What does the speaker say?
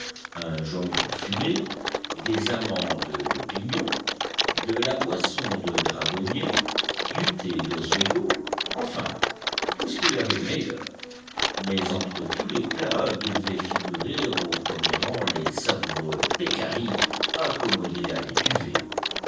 un jambon fumé des amandes de pignon de la boisson de dragonnier du thé d'oswego enfin tout ce qu'il y avait de meilleur mais entre tous les plats devaient figurer au premier rang les savoureux pécaris accommodés à l'étuvée